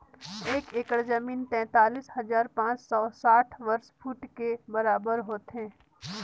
एक एकड़ जमीन तैंतालीस हजार पांच सौ साठ वर्ग फुट के बराबर होथे